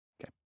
Okay